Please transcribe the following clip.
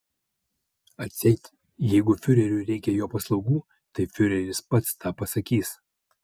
atseit jeigu fiureriui reikia jo paslaugų tai fiureris pats tą pasakys